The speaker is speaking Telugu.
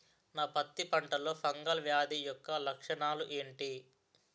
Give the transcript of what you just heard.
నా పత్తి పంటలో ఫంగల్ వ్యాధి యెక్క లక్షణాలు ఏంటి?